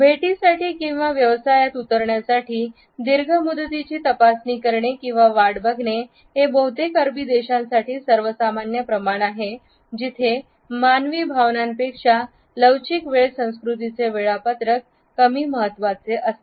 भेटीसाठी किंवा व्यवसायात उतरण्यासाठी दीर्घ मुदतीची तपासणी करणे किंवा वाट बघणे हे बहुतेक अरबी देशांसाठी सर्वसामान्य प्रमाण आहे तिथे मानवी भावनांपेक्षा लवचिक वेळ संस्कृतीचे वेळापत्रक कमी महत्त्वाचे असते